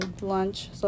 lunch